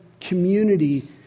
community